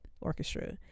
orchestra